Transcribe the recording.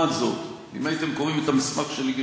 אם הייתם קוראים את המסמך שלי,